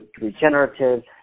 regenerative